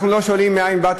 אנחנו לא שואלים מאין באת,